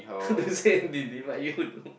divide you into